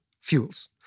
fuels